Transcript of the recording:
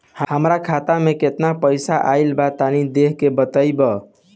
हमार खाता मे केतना पईसा आइल बा तनि देख के बतईब?